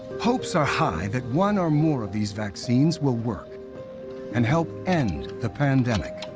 hopes are high that one or more of these vaccines will work and help end the pandemic.